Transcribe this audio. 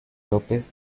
lópez